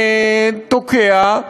תוקע,